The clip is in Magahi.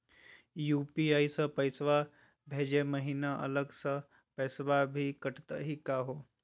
यू.पी.आई स पैसवा भेजै महिना अलग स पैसवा भी कटतही का हो?